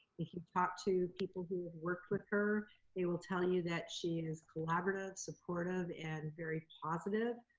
if you talk to people who have worked with her they will tell you that she is collaborative, supportive, and very positive.